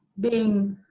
being